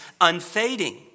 unfading